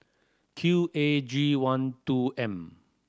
Q A G one two M